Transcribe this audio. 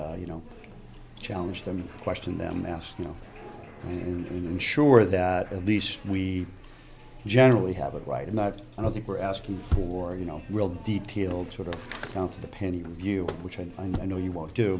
you know challenge them question them ask you know and and ensure that at least we generally have it right and i don't think we're asking for you know real detail sort of down to the penny view which i know you w